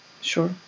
sure